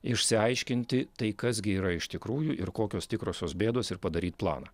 išsiaiškinti tai kas gi yra iš tikrųjų ir kokios tikrosios bėdos ir padaryt planą